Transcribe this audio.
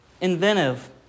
inventive